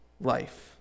life